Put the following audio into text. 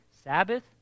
Sabbath